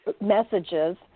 messages